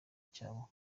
cyabo